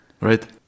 right